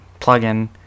plugin